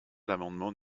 l’amendement